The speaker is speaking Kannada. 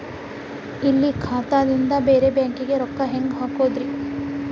ಇಲ್ಲಿ ಖಾತಾದಿಂದ ಬೇರೆ ಬ್ಯಾಂಕಿಗೆ ರೊಕ್ಕ ಹೆಂಗ್ ಹಾಕೋದ್ರಿ?